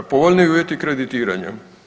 A povoljniji uvjeti kreditiranja.